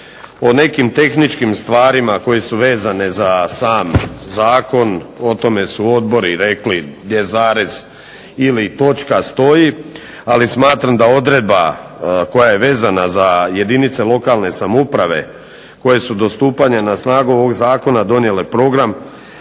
O nekim tehničkim stvarima koje su vezane za sam zakon, o tome su odbori rekli gdje zarez ili točka stoji, ali smatram da odredba koja je vezana za jedinice lokalne samouprave koje su do stupanja na snagu ovog Zakona donijele program